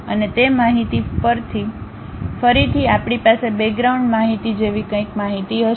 અને તે માહિતી ફરીથી આપણી પાસે બેગ્રાઉન્ડ માહિતી જેવી કંઈક હશે